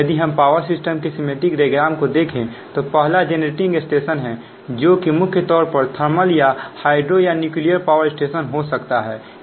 यदि हम power system के सिमिट्रिक डायग्राम में देखें तो पहला जेनरेटिंग स्टेशन है जो कि मुख्य तौर पर थर्मल या हाइड्रो या न्यूक्लियर पावर स्टेशन हो सकता है